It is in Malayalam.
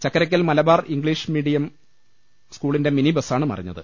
ചക്കരക്കൽ മലബാർ ഇംഗ്ലീഷ് മീഡിയം സ്കൂളിന്റെ മിനി ബസ്സാണ് മറിഞ്ഞത്